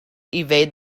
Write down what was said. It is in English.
evade